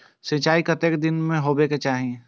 सिंचाई कतेक दिन पर हेबाक चाही?